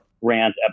rant